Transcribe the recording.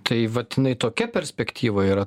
tai vat jinai tokia perspektyva yra